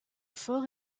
fort